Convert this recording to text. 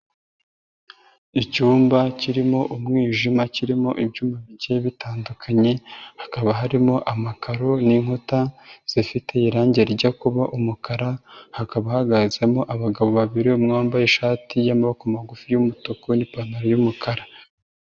Icyumba kirimo umwijima, kirimo ibyuma bigiye bitandukanye, hakaba harimo amakaro n'inkuta zifite irangi rijya kuba umukara, hakaba hahagazemo abagabo babiri, umwe wambaye ishati y'amaboko magufi y'umutuku n'ipantaro y'umukara.